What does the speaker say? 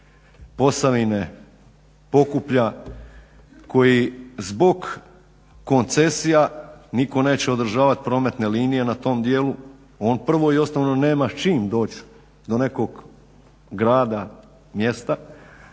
Posavine, Pokuplja koji zbog koncesija nitko neće održavati prometne linije na tom dijelu, on prvo i osnovno nema s čime doći do nekog grada, mjesta,